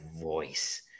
voice